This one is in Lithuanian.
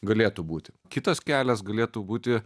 galėtų būti kitas kelias galėtų būti